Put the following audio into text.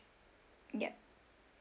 yup